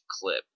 clip